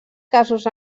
casos